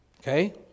Okay